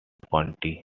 county